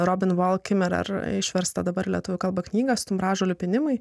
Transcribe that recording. išverstą dabar lietuvių kalba knygą stumbražolių pynimai